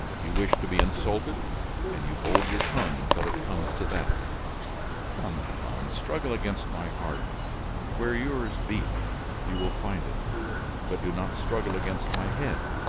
you wish to be insulted and you hold your tongue until it comes to that come, come, struggle against my heart where yours beats, you will find it but do not struggle against my head,